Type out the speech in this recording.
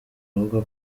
avuga